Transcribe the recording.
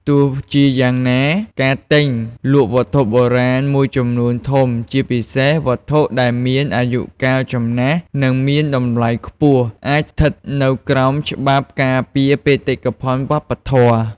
ទោះជាយ៉ាងណា ការទិញលក់វត្ថុបុរាណមួយចំនួនធំ ជាពិសេសវត្ថុដែលមានអាយុកាលចំណាស់ និងមានតម្លៃខ្ពស់ អាចស្ថិតនៅក្រោមច្បាប់ការពារបេតិកភណ្ឌវប្បធម៌។